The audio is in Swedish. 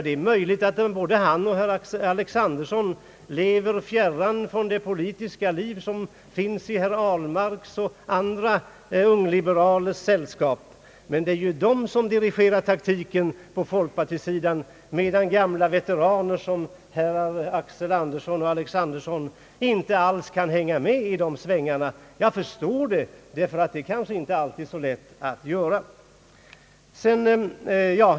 Det är möjligt att både han och herr Alexanderson lever fjärran från det politiska liv som levs i herr Ahlmarks och andra ungliberalers sällskap, men det är ju de som dirigerar taktiken på folkpartisidan, medan gamla veteraner som herrar Axel Andersson och Alexanderson inte kan hänga med i svängarna. Jag förstår det, därför att det kanske inte alltid är så lätt att göra det.